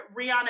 Rihanna